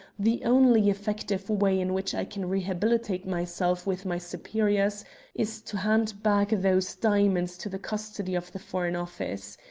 the only effective way in which i can rehabilitate myself with my superiors is to hand back those diamonds to the custody of the foreign office.